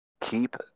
keep